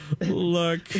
Look